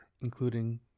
including